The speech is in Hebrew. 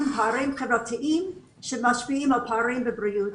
פערים חברתיים שמשפיעים על פערים בבריאות.